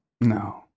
No